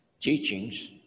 teachings